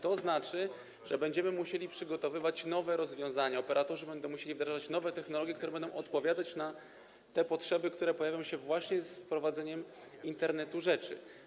To znaczy, że będziemy musieli przygotowywać nowe rozwiązania, operatorzy będą musieli wdrażać nowe technologie, które będą odpowiadać na te potrzeby, które pojawią się właśnie z wprowadzeniem Internetu rzeczy.